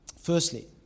Firstly